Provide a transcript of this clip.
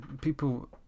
people